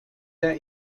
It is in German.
der